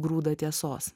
grūdą tiesos